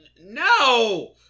No